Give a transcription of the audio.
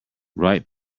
ripe